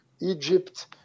Egypt